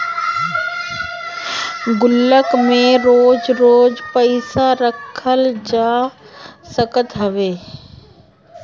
गुल्लक में रोज रोज पईसा रखल जा सकत हवे